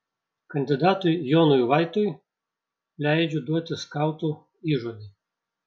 kandidatui jonui vaitui leidžiu duoti skautų įžodį